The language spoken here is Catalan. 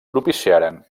propiciaren